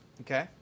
Okay